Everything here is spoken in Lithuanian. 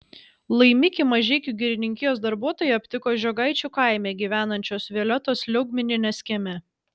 laimikį mažeikių girininkijos darbuotojai aptiko žiogaičių kaime gyvenančios violetos liaugminienės kieme